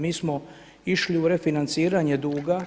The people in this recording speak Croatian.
Mi smo išli u refinanciranje duga.